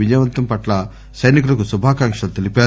విజయవంతం పట్ల సైనికులకు శుభాకాంక్షలు తెలిపారు